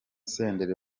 senderi